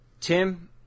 Tim